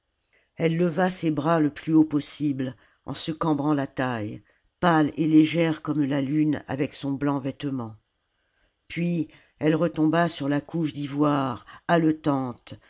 elle leva ses bras le plus haut possible en se cambrant la taille pâle et légère comme la lune avec son blanc vêtement puis elle retomba sur la couche d'ivoire